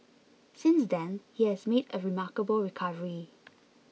since then he has made a remarkable recovery